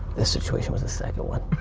this situation was the second one.